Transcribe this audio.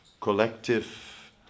collective